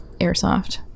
airsoft